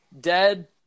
Dead